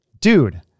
Dude